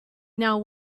now